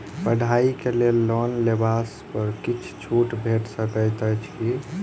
पढ़ाई केँ लेल लोन लेबऽ पर किछ छुट भैट सकैत अछि की?